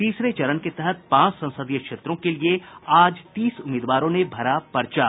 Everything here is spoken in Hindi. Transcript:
तीसरे चरण के तहत पांच संसदीय क्षेत्रों के लिये आज तीस उम्मीदवारों ने भरा पर्चा